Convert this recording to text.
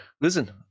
listen